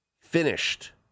finished